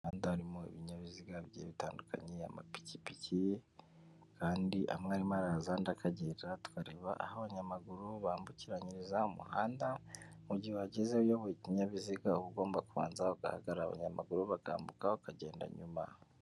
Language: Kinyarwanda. Mumuhanda hari binyabiziga bigiye bitandukanye amapikipiki kandi umwarimu araza ndakagerareba aho abanyamaguru bambukiranyiriza umuhanda mugihe wageze uyoboye ikinyabiziga uba ugomba kubanza guhahagara abanyamaguru bakambukaho ukagenda nyuma.